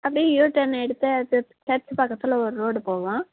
அப்படியே U turn எடுத்தால் church church பக்கத்தில் ஒரு ரோடு போகும்